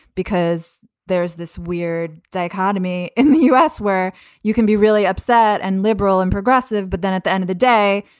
because there is this weird dichotomy in the u s. where you can be really upset and liberal and progressive. but then at the end of the day,